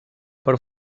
per